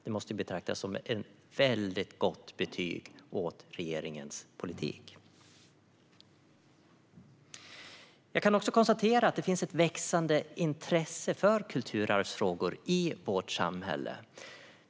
Det måste betraktas som ett väldigt gott betyg till regeringens politik. Jag kan också konstatera att det finns ett växande intresse för kulturarvsfrågor i vårt samhälle.